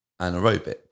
anaerobic